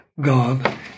God